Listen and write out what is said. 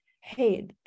Hey